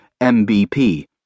MBP